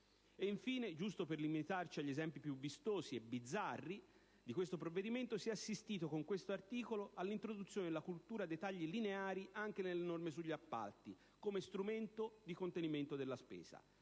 Infine, giusto per limitarci agli esempi più vistosi e bizzarri di questo provvedimento, si è assistito, con questo articolo, all'introduzione della cultura dei tagli lineari, anche nelle norme sugli appalti, come strumento di contenimento della spesa,